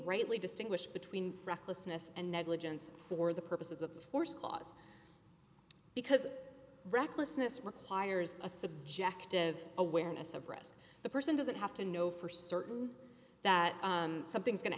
rightly distinguish between recklessness and negligence for the purposes of the force clause because recklessness requires a subjective awareness of risk the person doesn't have to know for certain that something's going to